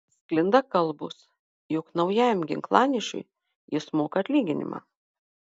sklinda kalbos jog naujajam ginklanešiui jis moka atlyginimą